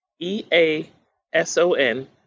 EASON